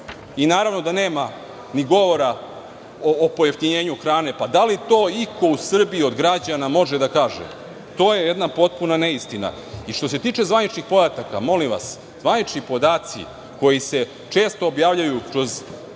Naravno da nema ni govora o pojeftinjenju hrane, pa da li to iko u Srbiji od građana može da kaže? To je jedna potpuna neistina. Što se tiče zvaničnih podataka, molim vas, zvanični podaci koji se često objavljuju kroz,